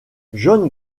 john